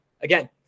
again